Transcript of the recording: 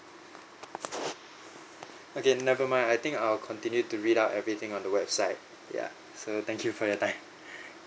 okay never mind I think I'll continue to read up everything on the website ya so thank you for your time